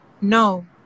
no